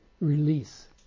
release